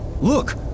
look